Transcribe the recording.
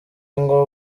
ngo